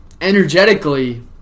energetically